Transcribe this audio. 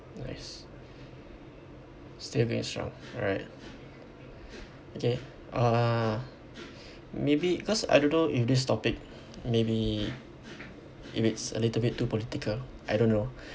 nice still going strong alright okay uh maybe cause I don't know if this topic maybe if it's a little bit too political I don't know